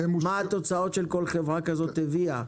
מה התוצאות שכל חברה כזאת הביאה,